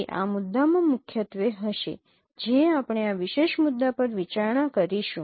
તે આ મુદ્દામાં મુખ્યત્વે હશે જે આપણે આ વિશેષ મુદ્દા પર વિચારણા કરીશું